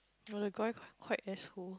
[wah] the guy quite quite asshole